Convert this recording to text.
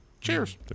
Cheers